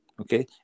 okay